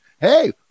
Hey